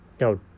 No